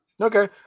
Okay